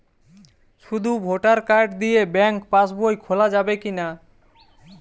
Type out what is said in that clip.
শুধু voter card দিয়ে bank pass বই খোলা যাবে কিনা?